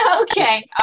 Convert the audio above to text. Okay